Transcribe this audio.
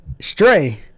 Stray